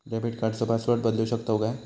Debit कार्डचो password बदलु शकतव काय?